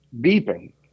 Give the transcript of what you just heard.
beeping